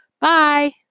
Bye